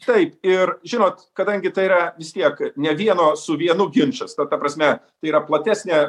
taip ir žinot kadangi tai yra vis tiek ne vieno su vienu ginčas ta ta prasme tai yra platesnė